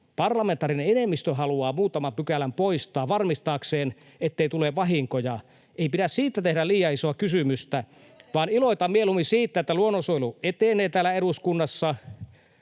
parlamentaarinen enemmistö, haluaa muutaman pykälän poistaa varmistaakseen, ettei tule vahinkoja, liian isoa kysymystä, [Saara Hyrkön välihuuto] vaan iloitaan mieluummin siitä, että luonnonsuojelu etenee täällä eduskunnassa